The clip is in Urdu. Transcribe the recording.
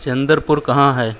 چندر پور کہاں ہے